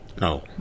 No